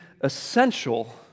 essential